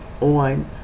on